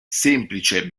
semplice